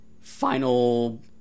final